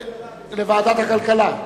ועדת הכלכלה.